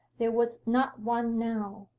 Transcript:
there was not one now.